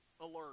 alert